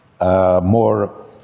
More